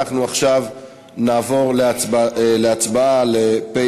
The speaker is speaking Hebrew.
22 בעד, ללא מתנגדים.